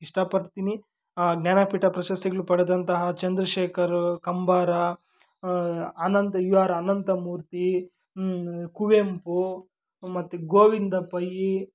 ಇಷ್ಟಪಡ್ತೀನಿ ಆ ಜ್ಞಾನಪೀಠ ಪ್ರಶಸ್ತಿಗಳು ಪಡೆದಂತಹ ಚಂದ್ರಶೇಖರ್ ಕಂಬಾರ ಅನಂತ್ ಯು ಆರ್ ಅನಂತಮೂರ್ತಿ ಕುವೆಂಪು ಮತ್ತು ಗೋವಿಂದ ಪೈ